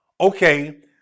okay